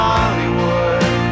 Hollywood